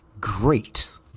great